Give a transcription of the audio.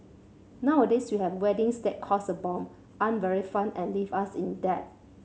nowadays we have weddings that cost a bomb aren't very fun and leave us in debt